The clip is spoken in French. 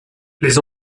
les